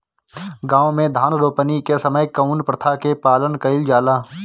गाँव मे धान रोपनी के समय कउन प्रथा के पालन कइल जाला?